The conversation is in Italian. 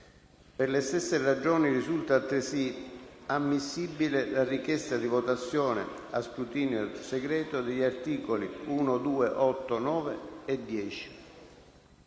Per le stesse ragioni risulta altresì ammissibile la richiesta di votazione a scrutinio segreto degli articoli 1, 2, 8, 9 e 10.